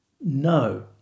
No